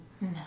no